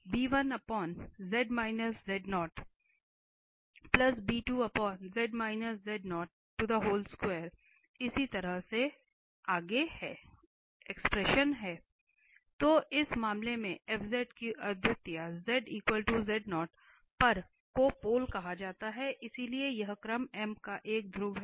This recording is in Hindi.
तो इस मामले में f की अद्वितीयता पर को पोल कहा जाता है इसलिए यह क्रम m का एक ध्रुव है